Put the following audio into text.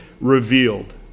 revealed